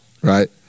right